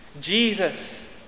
Jesus